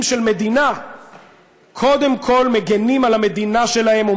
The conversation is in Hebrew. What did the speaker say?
של מדינה קודם כול מגינים על המדינה שלהם,